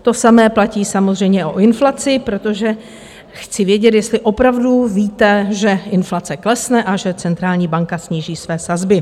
To samé platí samozřejmě o inflaci, protože chci vědět, jestli opravdu víte, že inflace klesne a že centrální banka sníží své sazby.